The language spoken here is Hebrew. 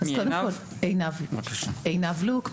עינב לוק,